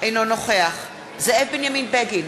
אינו נוכח זאב בנימין בגין,